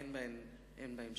אין בהם שחר.